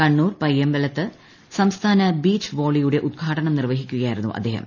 കണ്ണൂർ പയ്യാമ്പലത്ത് ് സ്ംസ്ഥാന ബീച്ച് വോളിയുടെ ഉദ്ഘാടനം നിർവഹിക്കുകയ്ായിരുന്നു അദ്ദേഹം